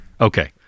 Okay